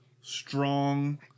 strong